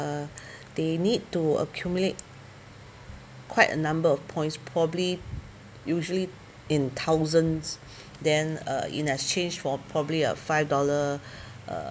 uh they need to accumulate quite a number of points probably usually in thousands then uh in exchange for probably a five dollar